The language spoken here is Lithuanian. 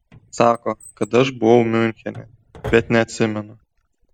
sako kad aš buvau miunchene bet neatsimenu